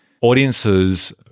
Audiences